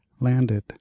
landed